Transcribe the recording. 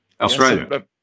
Australia